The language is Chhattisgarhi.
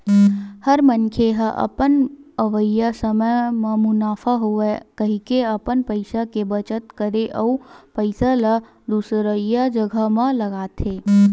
हर मनखे ह अपन अवइया समे म मुनाफा होवय कहिके अपन पइसा के बचत करके ओ पइसा ल दुसरइया जघा म लगाथे